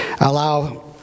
allow